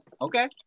Okay